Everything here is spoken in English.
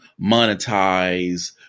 monetize